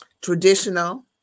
traditional